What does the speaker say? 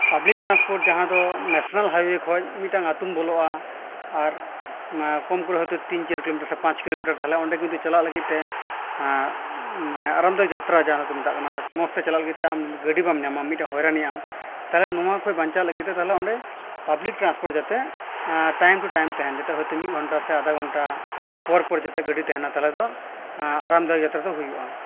public transport ᱡᱟᱦᱟᱸ ᱫᱚ national highway ᱠᱷᱚᱱ ᱢᱤᱫᱴᱟᱝ ᱟᱹᱛᱩᱢ ᱵᱚᱞᱚᱜᱼᱟ ᱟᱨ ᱚᱱᱟ ᱠᱚᱢ ᱠᱚᱨᱮ ᱦᱳᱭᱛᱳ ᱛᱤᱱ ᱪᱟᱹᱨ ᱠᱤᱞᱳᱢᱤᱴᱟᱨ ᱥᱮ ᱯᱟᱸᱪ ᱠᱤᱞᱳᱢᱤᱴᱟᱨ ᱛᱟᱦᱚᱞᱮ ᱚᱸᱰᱮ ᱠᱤᱱᱛᱩ ᱪᱟᱞᱟᱜ ᱞᱟᱹᱜᱤᱫ ᱛᱮ ᱟᱨᱟᱢᱫᱟᱭᱚᱠ ᱡᱟᱛᱨᱟ ᱡᱟᱦᱟᱸ ᱠᱚ ᱢᱮᱛᱟᱜ ᱠᱟᱱᱟ ᱢᱚᱡᱽ ᱛᱮ ᱪᱟᱞᱟᱜ ᱞᱟᱹᱜᱤᱫ ᱛᱮ ᱟᱢ ᱜᱟᱹᱰᱤ ᱵᱟᱢ ᱧᱟᱢᱟ ᱢᱤᱫᱴᱱ ᱦᱚᱭᱨᱟᱱᱤᱜᱼᱟᱢ ᱛᱟᱦᱚᱞᱮ ᱱᱚᱣᱟ ᱠᱷᱚᱱ ᱵᱟᱧᱪᱟᱜ ᱞᱟᱹᱜᱤᱫ ᱛᱮ ᱛᱟᱦᱚᱞᱮ ᱚᱸᱰᱮ ᱯᱟᱵᱞᱤᱠ ᱴᱨᱟᱱᱥᱯᱳᱨᱴ ᱡᱟᱛᱮ ᱴᱟᱭᱤᱢ ᱴᱩ ᱴᱟᱭᱤᱢ ᱛᱟᱦᱮᱱ ᱡᱟᱛᱮ ᱦᱳᱭᱛᱳ ᱢᱤᱫ ᱜᱷᱚᱱᱴᱟ ᱥᱮ ᱟᱫᱷᱟ ᱜᱷᱚᱱᱴᱟ ᱯᱚᱨ ᱯᱚᱨ ᱡᱟᱛᱮ ᱜᱟᱹᱰᱤ ᱛᱟᱦᱮᱱᱟ ᱛᱟᱦᱚᱞᱮ ᱫᱚ ᱟᱨᱟᱢᱫᱟᱭᱚᱠ ᱡᱟᱛᱨᱟ ᱫᱚ ᱦᱩᱭᱩᱜᱼᱟ